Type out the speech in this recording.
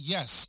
Yes